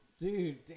Dude